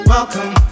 Welcome